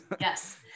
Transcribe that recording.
Yes